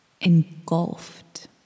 engulfed